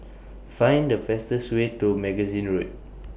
Find The fastest Way to Magazine Road